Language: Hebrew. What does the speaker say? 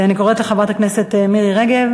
הצעות לסדר-היום